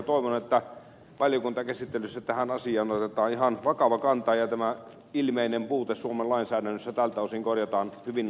toivon että valiokuntakäsittelyssä tähän asiaan otetaan ihan vakava kanta ja tämä ilmeinen puute suomen lainsäädännössä tältä osin korjataan hyvin nopeasti